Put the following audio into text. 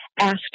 asked